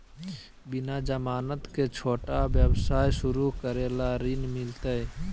बिना जमानत के, छोटा व्यवसाय शुरू करे ला ऋण मिलतई?